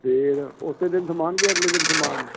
ਫੇਰ ਉਸੇ ਦਿਨ ਸਮਾਨ ਕਿ ਅਗਲੇ ਦਿਨ ਸਮਾਨ